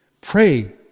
Pray